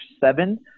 seven